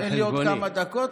יש לי עוד כמה דקות?